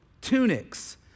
tunics